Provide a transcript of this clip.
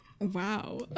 Wow